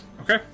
Okay